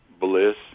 bliss